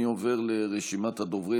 אני עובר לרשימת הדוברים.